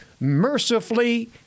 mercifully